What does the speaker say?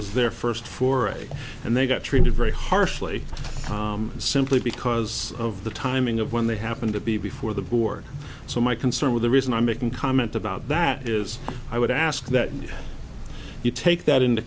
was their first foray and they got treated very harshly simply because of the timing of when they happened to be before the board so my concern with the reason i'm making comment about that is i would ask that you take that into